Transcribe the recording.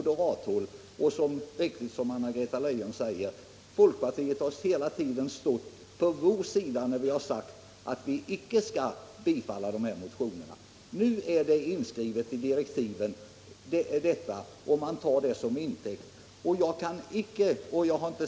Det är riktigt som Anna-Greta Leijon säger att folkpartiet tidigare hela tiden stått på vår sida när vi avslagit dessa motioner. Jag har inga siffror med mig, eftersom jag inte hade tänkt delta i denna debatt.